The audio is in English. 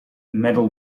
medal